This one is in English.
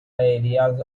areas